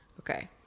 Okay